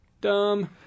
Dumb